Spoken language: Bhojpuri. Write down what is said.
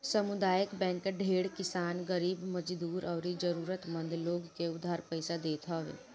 सामुदायिक बैंक ढेर किसान, गरीब मजदूर अउरी जरुरत मंद लोग के उधार पईसा देत हवे